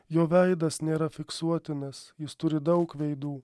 jo veidas nėra fiksuotinas jis turi daug veidų